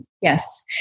Yes